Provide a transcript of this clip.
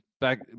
Back